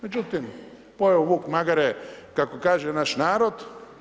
Međutim, pojeo vuk magare, kako kaže naš narod.